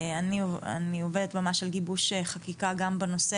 אני עובדת ממש על גיבוש חקיקה גם בנושא